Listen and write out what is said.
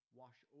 wash